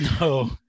No